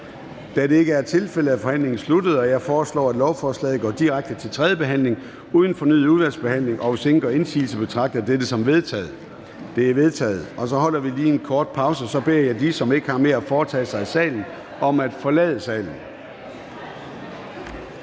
Da det ikke er tilfældet, er forhandlingen sluttet. Jeg foreslår, at lovforslaget går direkte til tredje behandling uden fornyet udvalgsbehandling, og hvis ingen gør indsigelse, betragter jeg dette som vedtaget Det er vedtaget. Så holder vi lige en kort pause, og jeg beder dem, som ikke har mere at foretage sig i salen, om at forlade salen.